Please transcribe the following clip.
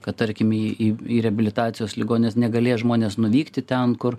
kad tarkim į į į reabilitacijos ligonines negalės žmonės nuvykti ten kur